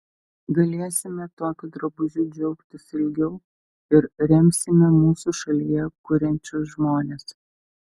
galėsime tokiu drabužiu džiaugtis ilgiau ir remsime mūsų šalyje kuriančius žmones